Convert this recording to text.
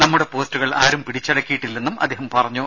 നമ്മുടെ പോസ്റ്റുകൾ ആരും പിടിച്ചടക്കിയിട്ടില്ലെന്നും അദ്ദേഹം പറഞ്ഞു